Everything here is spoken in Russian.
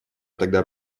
тогда